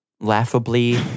laughably